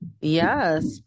yes